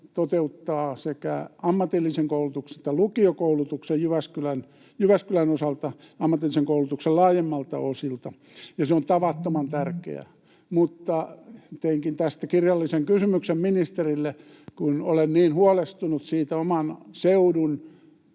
toteuttaa sekä ammatillisen koulutuksen että lukiokoulutuksen Jyväskylän osalta, ammatillisen koulutuksen laajemmilta osilta, ja se on tavattoman tärkeä. Teinkin tästä kirjallisen kysymyksen ministerille, kun olen niin huolestunut oman seudun